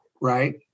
right